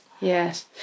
Yes